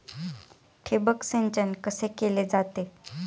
ठिबक सिंचन कसे केले जाते?